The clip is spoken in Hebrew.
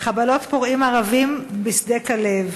חבלות פורעים ערבים בשדה-כלב.